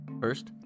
First